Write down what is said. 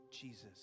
Jesus